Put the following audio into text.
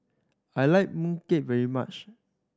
I like mooncake very much